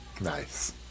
Nice